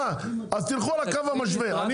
אז תלכו על הקו המשווה.